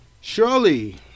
Surely